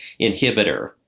inhibitor